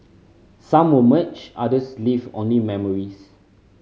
some were merged others leave only memories